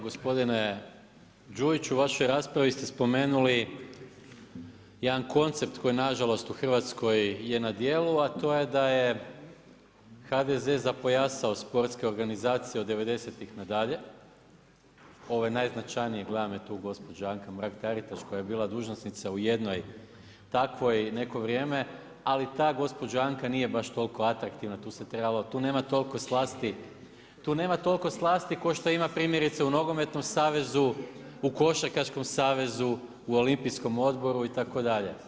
Gospodine Đujiću, u vašoj raspravi ste spomenuli jedan koncept koji nažalost u Hrvatskoj je na djelu a to je da je HDZ zapojasao sportske organizacije od '90.-ih na dalje, ovaj najznačajniji gleda me tu Anka Mrak-Taritaš, koja je bila dužnosnica u jednoj takvoj neko vrijeme, ali ta gospođa Anka nije baš toliko atraktivna, tu nema toliko slasti, tu nema toliko slasti kao što ima primjerice u nogometnom savezu, u košarkaškom savezu, u Olimpijskom odboru itd.